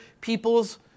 people's